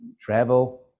travel